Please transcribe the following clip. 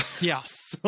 Yes